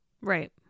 right